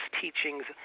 teachings